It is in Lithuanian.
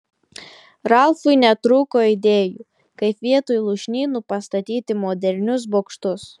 ralfui netrūko idėjų kaip vietoj lūšnynų pastatyti modernius bokštus